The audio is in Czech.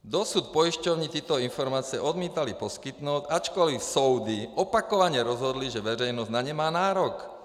Dosud pojišťovny tyto informace odmítaly poskytnout, ačkoliv soudy opakovaně rozhodly, že veřejnost na ně má nárok!